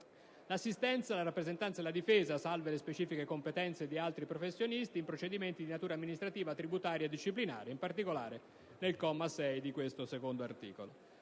l'assistenza, la rappresentanza e la difesa, salve le specifiche competenze di altri professionisti, in procedimenti di natura amministrativa, tributaria e disciplinare (in particolare al comma 6 dell'articolo